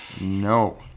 No